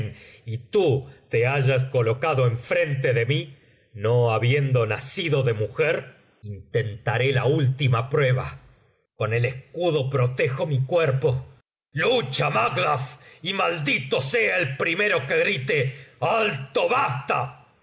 y tute hayas colocado enfrente de mí n o habiendo nacido de mujer intentaré la acto quinto escena vi última prueba con el escudo protejo mi cuerpo lucha macduff y maldito sea el primero que grite alto basta